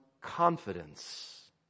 confidence